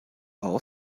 auch